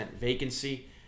vacancy